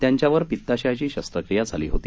त्यांच्यावर पित्ताशयाची शस्रक्रिया झाली होती